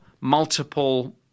multiple